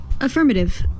Affirmative